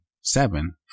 seven